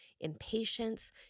impatience